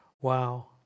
Wow